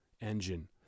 engine